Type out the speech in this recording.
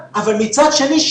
אבל מצד שני,